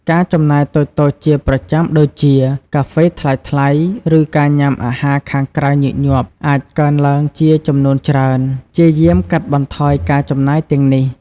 ការចំណាយតូចៗជាប្រចាំដូចជា កាហ្វេថ្លៃៗ រឺការញ៉ាំអាហារខាងក្រៅញឹកញាប់ អាចកើនឡើងជាចំនួនច្រើន។ ព្យាយាមកាត់បន្ថយការចំណាយទាំងនេះ។